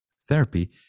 therapy